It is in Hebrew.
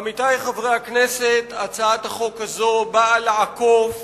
עמיתי חברי הכנסת, הצעת החוק הזאת נועדה לעקוף